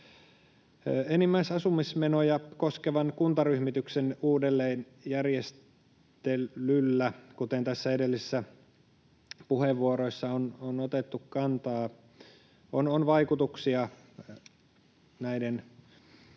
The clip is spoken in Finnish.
Enimmäisasumismenoja koskevan kuntaryhmityksen uudelleenjärjestelyllä, mihin tässä edellisissä puheenvuoroissa on otettu kantaa, on vaikutuksia näiden kaupunkien